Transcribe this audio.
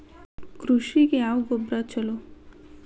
ಕೃಷಿಗ ಯಾವ ಗೊಬ್ರಾ ಛಲೋ?